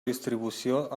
distribució